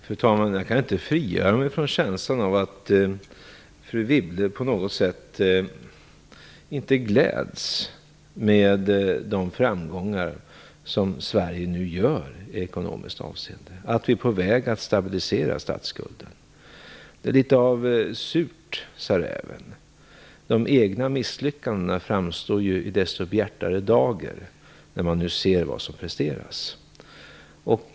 Fru talman! Jag kan inte frigöra mig från känslan att fru Wibble på något sätt inte gläds åt de framgångar som Sverige nu har i ekonomiskt avseende. Vi är på väg att stabilisera statsskulden. Det är litet av "Surt, sade räven". De egna misslyckandena framstår i bjärtare dager när man nu ser vad som presteras.